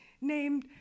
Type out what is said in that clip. named